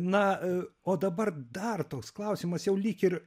na i o dabar dar toks klausimas jau lyg ir